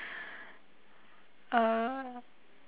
uh